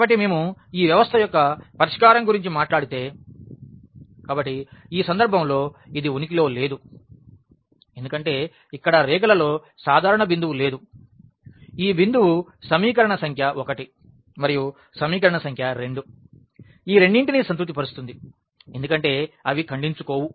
కాబట్టి మేము ఈ వ్యవస్థ యొక్క పరిష్కారం గురించి మాట్లాడితే కాబట్టి ఈ సందర్భంలో ఇది ఉనికిలో లేదు ఎందుకంటే ఇక్కడ రేఖలలో సాధారణ బిందువు లేదు ఈ బిందువు సమీకరణం సంఖ్య 1 మరియు సమీకరణం సంఖ్య 2 ఈ రెండింటినీ సంతృప్తి పరుస్తుంది ఎందుకంటే అవి ఖండించుకోవు